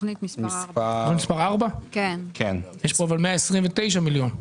אבל יש פה 129 מיליון שקל.